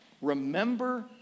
Remember